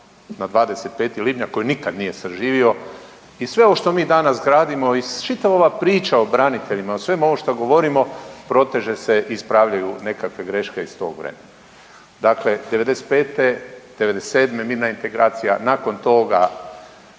na 25. lipnja koji nikad nije saživio i sve ovo što mi danas gradimo i čitava ova priča o braniteljima i o svemu ovom što govorimo proteže se i ispravljaju nekakve greške iz tog vremena. Dakle '95., '97. mirna integracija nakon toga